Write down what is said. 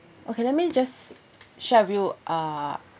okay let me just share with you uh